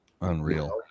unreal